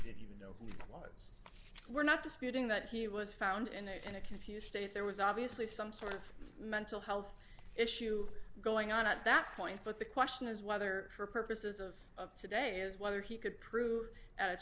know we're not disputing that he was found in a kind of confused state there was obviously some sort of mental health issue going on at that point but the question is whether for purposes of today is whether he could prove at